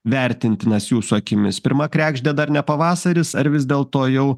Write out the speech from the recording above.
vertintinas jūsų akimis pirma kregždė dar ne pavasaris ar vis dėlto jau